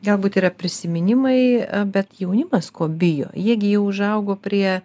galbūt yra prisiminimai bet jaunimas ko bijo jie gi jau užaugo prie